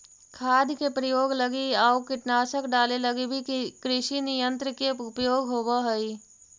खाद के प्रयोग लगी आउ कीटनाशक डाले लगी भी कृषियन्त्र के उपयोग होवऽ हई